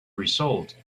result